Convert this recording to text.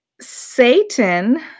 Satan